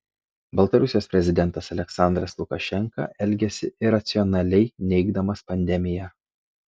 baltarusijos prezidentas aliaksandras lukašenka elgiasi iracionaliai neigdamas pandemiją